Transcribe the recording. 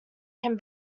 can